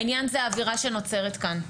העניין זה האווירה שנוצרת כאן,